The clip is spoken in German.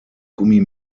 gummi